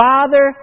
Father